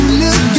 look